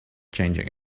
changing